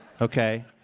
okay